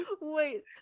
Wait